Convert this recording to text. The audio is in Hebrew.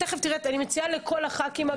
אני מציעה לכל חברי הכנסת לפתוח.